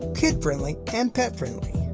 kid-friendly and pet-friendly.